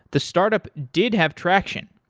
the startup did have traction.